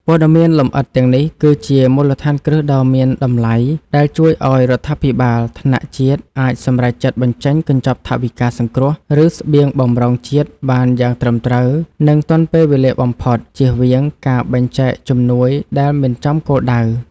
ព័ត៌មានលម្អិតទាំងនេះគឺជាមូលដ្ឋានគ្រឹះដ៏មានតម្លៃ ដែលជួយឱ្យរដ្ឋាភិបាលថ្នាក់ជាតិអាចសម្រេចចិត្តបញ្ចេញកញ្ចប់ថវិកាសង្គ្រោះ ឬស្បៀងបម្រុងជាតិបានយ៉ាងត្រឹមត្រូវ និងទាន់ពេលវេលាបំផុត ជៀសវាងការបែងចែកជំនួយដែលមិនចំគោលដៅ។